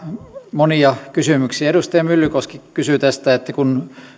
monia kysymyksiä edustaja myllykoski kysyi tästä että kun